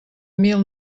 mil